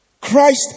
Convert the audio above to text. Christ